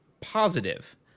positive